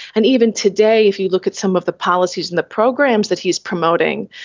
and even today if you look at some of the policies and the programs that he's promoting,